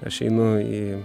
aš einu į